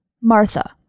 Martha